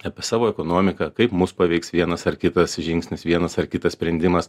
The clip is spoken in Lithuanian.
apie savo ekonomiką kaip mus paveiks vienas ar kitas žingsnis vienas ar kitas sprendimas